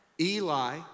Eli